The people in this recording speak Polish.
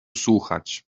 słuchać